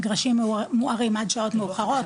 מגרשים מוארים עד שעות המאוחרות,